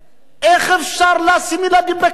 איך אפשר לשים ילדים בכלא?